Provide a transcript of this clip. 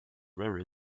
very